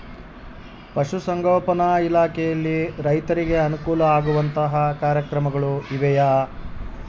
ಪಶುಸಂಗೋಪನಾ ಇಲಾಖೆಯಲ್ಲಿ ರೈತರಿಗೆ ಅನುಕೂಲ ಆಗುವಂತಹ ಕಾರ್ಯಕ್ರಮಗಳು ಇವೆಯಾ?